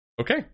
Okay